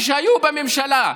כשהם היו בממשלה,